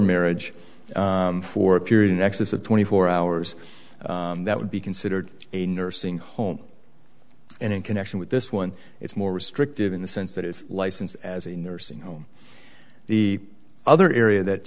marriage for a period in excess of twenty four hours that would be considered a nursing home and in connection with this one it's more restrictive in the sense that is licensed as a nursing home the other area that